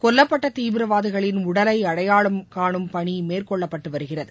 கொல்லப்பட்ட தீவிரவாதிகளின் உடலை அடையாளம் கானும் பணி மேற்கொள்ளப்பட்டு வருகிறது